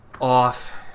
off